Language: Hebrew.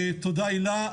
תודה, הילה.